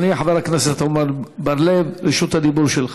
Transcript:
אדוני חבר הכנסת עמר בר-לב, רשות הדיבור שלך.